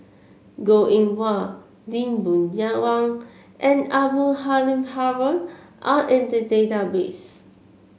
Goh Eng Wah Lee Boon Wang and Abdul Halim Haron are in the database